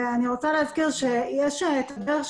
אני רוצה להזכיר שיש הסבר,